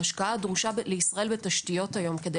ההשקעה הדרושה לישראל בתשתיות היום כדי